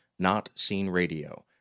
notseenradio